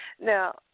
Now